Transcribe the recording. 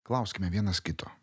klauskime vienas kito